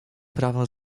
prawem